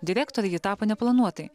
direktore ji tapo neplanuotai